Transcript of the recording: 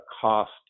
cost